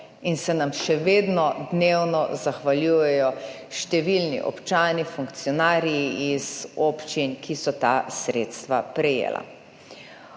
in se nam še vedno dnevno zahvaljujejo številni občani, funkcionarji iz občin, ki so ta sredstva prejela.